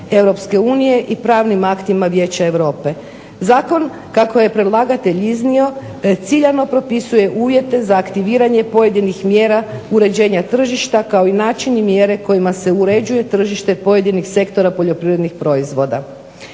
Europske unije i pravnim aktima Vijeća Europe. Zakon, kako je predlagatelj iznio, ciljano propisuje uvjete za aktiviranje pojedinih mjera uređenja tržišta kao i način i mjere kojima se uređuje tržište pojedinih sektora poljoprivrednih proizvoda.